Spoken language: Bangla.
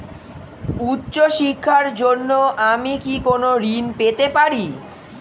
উচ্চশিক্ষার জন্য আমি কি কোনো ঋণ পেতে পারি?